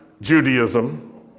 Judaism